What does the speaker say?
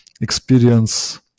experience